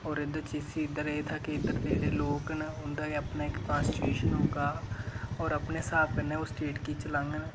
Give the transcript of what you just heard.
और एह्दे च इसी इद्धर दे जेह्ड़े लोक न उंदा बी अपना इक कंस्टीच्यूशन होग और अपने स्हाब कन्नै स्टेट गी चलांगन